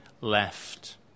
left